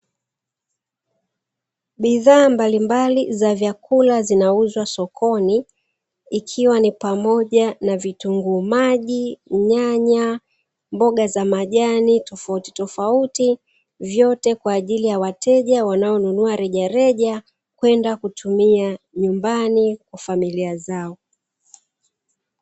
Bidhaa mbalimbali za vyakula zinauzwa sokoni ikiwa ni pamoja na vitunguu maji, nyanya, mboga za majani tofautitofauti, vyote kwa ajili ya wateja wanaonunua rejereja kwenda kutumia nyumbani kwa familia zao.